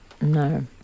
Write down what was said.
No